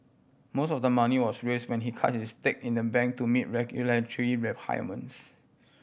most of the money was raise when he cut his stake in the bank to meet regulatory requirements